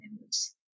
members